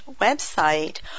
website